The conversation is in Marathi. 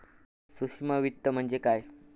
सूक्ष्म वित्त म्हणजे काय?